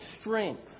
strength